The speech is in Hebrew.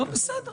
בסדר.